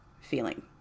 feeling